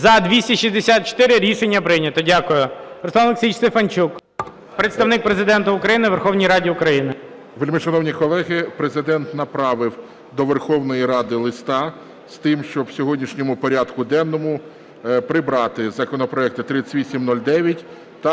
За-264 Рішення прийнято. Дякую. Руслан Олексійович Стефанчук, Представник Президента України у Верховній Раді України. 15:02:13 СТЕФАНЧУК Р.О. Вельмишановні колеги, Президент направив до Верховної Ради листа з тим, щоб в сьогоднішньому порядку денному прибрати законопроекти 3809